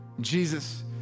Jesus